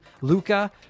Luca